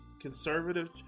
conservative